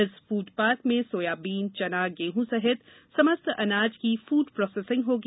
इस फुटपार्क में सोयाबीन चना गेहू सहित समस्त अनाज की फुड प्रोसेसिंग होगी